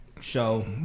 Show